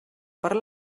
per